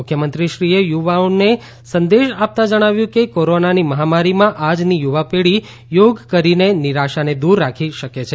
મુખ્યમંત્રીશ્રીએ યુવાઓને સંદેશ આપતા જણાવ્યું કે કોરોનાની મહામારીમાં આજની યુવા પેઢી યોગ કરીને નિરાશાને દૂર રાખી શકે છે